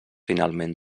finalment